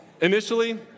initially